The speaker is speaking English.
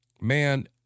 man